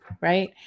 Right